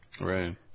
right